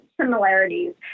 similarities